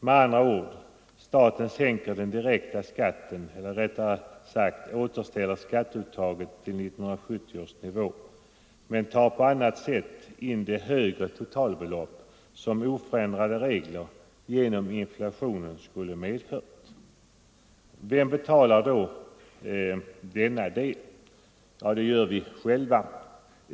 Med andra ord: staten sänker den direkta skatten eller rättare sagt återställer skatteuttaget till 1970 års nivå, men den tar på annat sätt in det högre totalbelopp som med oförändrade regler på grund av inflationer skulle ha influtit. Vem betalar då denna del? Jo, det gör vi själva.